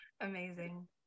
Amazing